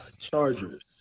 Chargers